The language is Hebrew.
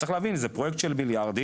צריך להבין שזה פרויקט של מיליארדים